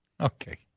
Okay